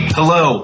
Hello